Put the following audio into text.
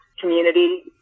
community